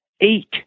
eight